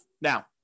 Now